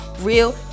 real